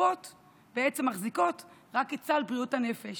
הקופות מחזיקות רק את סל בריאות הנפש,